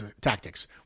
tactics